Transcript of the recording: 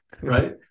Right